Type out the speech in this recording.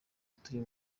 utuye